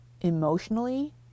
emotionally